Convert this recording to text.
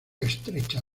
estrecha